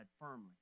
firmly